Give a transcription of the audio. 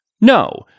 No